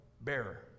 bearer